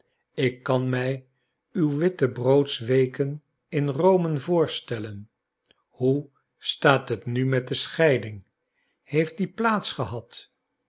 ik kan mij uw wittebroodsweken in rome voorstellen hoe staat het nu met de scheiding heeft die plaats gehad